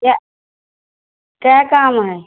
क्या क्या काम है